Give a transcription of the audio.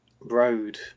road